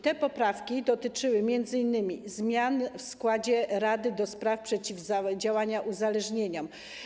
Te poprawki dotyczyły m.in. zmian w składzie Rady do spraw Przeciwdziałania Uzależnieniom.